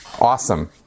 Awesome